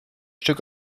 stück